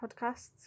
Podcasts